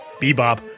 Bebop